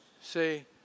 say